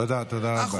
תודה, תודה רבה.